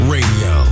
Radio